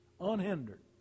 unhindered